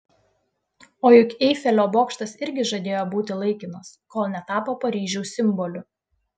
o juk eifelio bokštas irgi žadėjo būti laikinas kol netapo paryžiaus simboliu